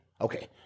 Okay